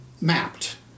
mapped